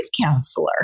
counselor